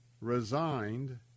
resigned